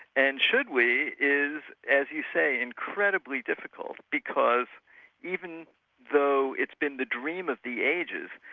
and should we, is, as you say, incredibly difficult because even though it's been the dream of the ages,